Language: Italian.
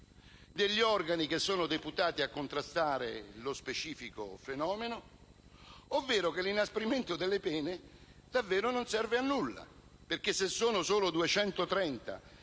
degli organi deputati a contrastare lo specifico fenomeno, ovvero che l'inasprimento delle pene davvero non serve a nulla. Infatti, se sono solo 230